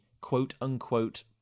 quote-unquote